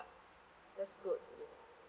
that's good